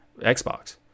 Xbox